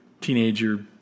teenager